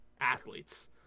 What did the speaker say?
athletes